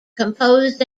composed